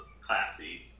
classy